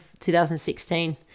2016